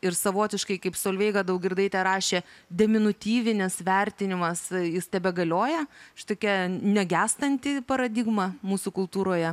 ir savotiškai kaip solveiga daugirdaitė rašė deminutyvinis vertinimas jis tebegalioja čia tokia negęstanti paradigma mūsų kultūroje